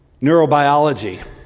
neurobiology